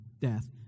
death